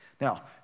Now